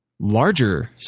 Larger